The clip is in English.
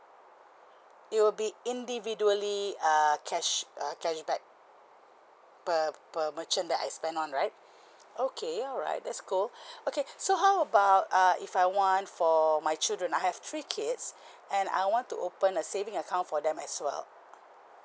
it will be individually err cash uh cashback per per merchant that I spend on right okay alright that's cool okay so how about uh if I want for my children I have three kids and I want to open a saving account for them as well